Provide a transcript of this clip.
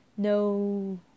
No